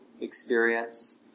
experience